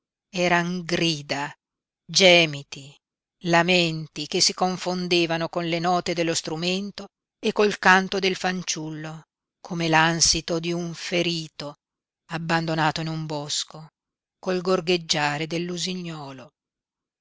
eran grida gemiti lamenti che si confondevano con le note dello strumento e col canto del fanciullo come l'ansito di un ferito abbandonato in un bosco col gorgheggiare dell'usignolo